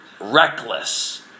reckless